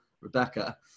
Rebecca